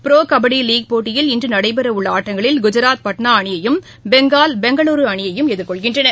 bro kabaddi league போட்டியில் இன்று நடைபெற உள்ள ஆட்டங்களில் குஜராத் பட்னா அணியையும் பெங்கால் பெங்களுரு அணியையும் எதிர்கொள்கின்றன